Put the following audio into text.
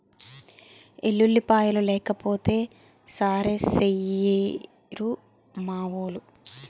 ఎల్లుల్లిపాయలు లేకపోతే సారేసెయ్యిరు మావోలు